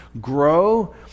grow